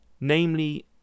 Namely